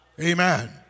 Amen